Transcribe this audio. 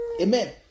Amen